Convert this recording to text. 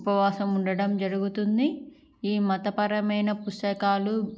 ఉపవాసం ఉండడం జరుగుతుంది ఈ మతపరమైన పుస్తకాలు